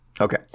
Okay